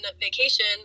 vacation